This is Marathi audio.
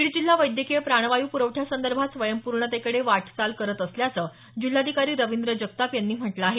बीड जिल्हा वैद्यकीय प्राणवायू पुरवठ्यासंदर्भात स्वयंपूर्णतेकडे वाटचाल करत असल्याचं जिल्हाधिकारी रविंद्र जगताप यांनी म्हटलं आहे